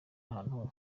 ahantu